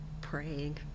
Praying